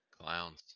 Clowns